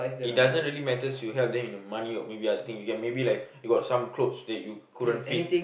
it doesn't really matters you help then you money or maybe other thing you can maybe like you got some clothes that you couldn't fit